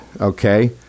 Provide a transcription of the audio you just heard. Okay